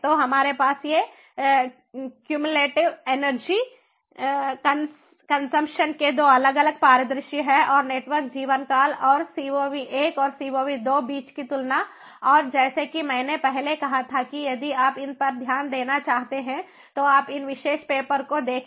तो हमारे पास ये क्यूम्यलेटिव एनर्जी कन्सम्प्शन के 2 अलग अलग परिदृश्य हैं और नेटवर्क जीवनकाल और CoV I और CoV II बीच की तुलना और जैसा कि मैंने पहले कहा था कि यदि आप इन पर ध्यान देना चाहते हैं तो आप इस विशेष पेपर को देखें